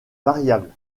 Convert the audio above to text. variables